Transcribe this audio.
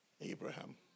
Abraham